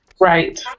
Right